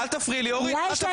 למה הסתה?